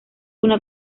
una